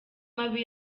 mabi